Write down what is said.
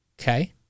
Okay